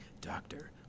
doctor